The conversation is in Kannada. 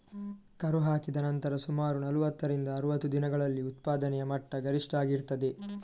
ಕರು ಹಾಕಿದ ನಂತರ ಸುಮಾರು ನಲುವತ್ತರಿಂದ ಅರುವತ್ತು ದಿನಗಳಲ್ಲಿ ಉತ್ಪಾದನೆಯ ಮಟ್ಟ ಗರಿಷ್ಠ ಆಗಿರ್ತದೆ